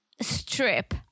strip